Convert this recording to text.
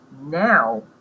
now